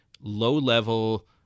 low-level